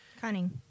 cunning